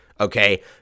Okay